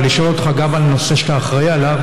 ולשאול אותך גם על נושא שאתה אחראי עליו